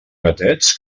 gatets